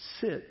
sit